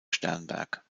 sternberg